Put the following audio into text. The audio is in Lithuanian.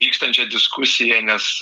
vykstančią diskusiją nes